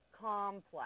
complex